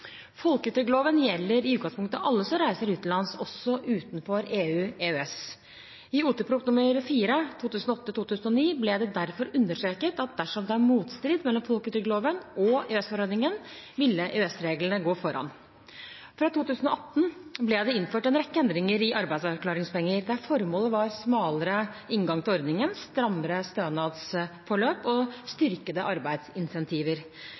Folketrygdloven gjelder i utgangspunktet alle som reiser utenlands, også utenfor EU/EØS. I Ot.prp. nr. 4 for 2008–2009 ble det derfor understreket at dersom det var motstrid mellom folketrygdloven og EØS-forordningen, ville EØS-reglene gå foran. Fra 2018 ble det innført en rekke endringer i arbeidsavklaringspenger, der formålet var smalere inngang til ordningen, strammere stønadsforløp og styrkede arbeidsinsentiver.